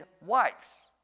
wives